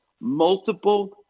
multiple